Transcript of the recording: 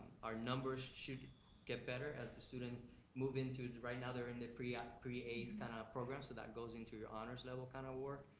our numbers should get better as the students move into, right now they're into pre-aice pre-aice kinda program, so that goes into your honor's level kind of work,